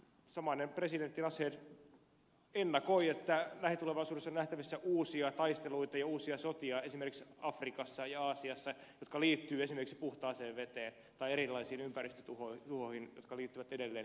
samainen presidentti nasheed ennakoi että lähitulevaisuudessa on nähtävissä esimerkiksi afrikassa ja aasiassa uusia taisteluita ja uusia sotia jotka liittyvät esimerkiksi puhtaaseen veteen tai erilaisiin ympäristötuhoihin jotka liittyvät edelleen ilmastonmuutokseen